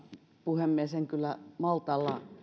puhemies en kyllä malta olla